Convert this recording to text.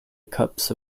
cups